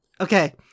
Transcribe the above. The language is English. Okay